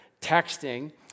texting